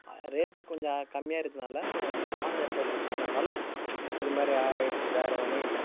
rate கொஞ்சம் கம்மியாக இருக்கிறனால நம்ப வந்து ஆன்லைனில் பர்ச்சேஸ் பண்ணிணதுனால இது மாதிரி ஆயிடுச்சு வேறு ஒன்னும் இல்லை